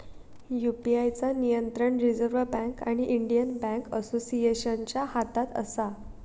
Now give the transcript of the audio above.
UPI चा नियंत्रण reserve bank आणि इंडियन बॅन्क असोसिएशनच्या हातात असा